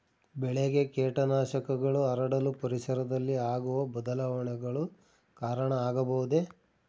ಬೆಳೆಗೆ ಕೇಟನಾಶಕಗಳು ಹರಡಲು ಪರಿಸರದಲ್ಲಿ ಆಗುವ ಬದಲಾವಣೆಗಳು ಕಾರಣ ಆಗಬಹುದೇ?